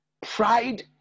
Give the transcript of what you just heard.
pride